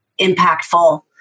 impactful